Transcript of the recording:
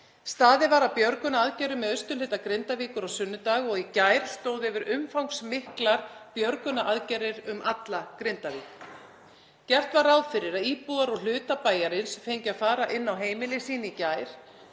Staðið var að björgunaraðgerðum í austurhluta Grindavíkur á sunnudag og í gær stóðu yfir umfangsmiklar björgunaraðgerðir um alla Grindavík. Gert var ráð fyrir að íbúar úr hluta bæjarins fengju að fara inn á heimili sín í gær